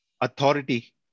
authority